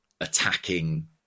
attacking